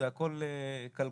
זה הכל כלכלי.